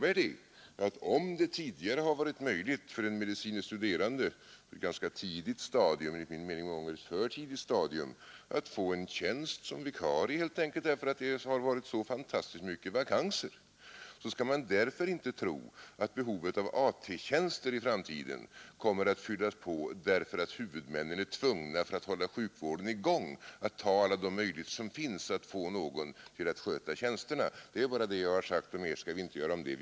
Även om det tidigare har varit möjligt för en medicine studerande att på ett ganska tidigt stadium — enligt min mening på ett många gånger för tidigt stadium — att få en tjänst såsom vikarie, därför att det varit så fantastiskt många vakanser, skall man därför inte tro att behovet av AT-tjänster i framtiden kommer att fyllas på genom att huvudmännen för att hålla sjukvården i gång är tvungna att tillvarata alla de möjligheter som finns att få någon att sköta tjänsterna. Det är bara detta jag har sagt, och mer skall vi inte göra av det.